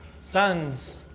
Sons